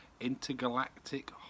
intergalactic